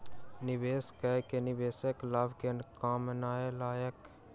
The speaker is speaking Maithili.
निवेश कय के निवेशक लाभ के कामना कयलक